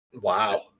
Wow